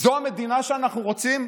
זו המדינה שאנחנו רוצים?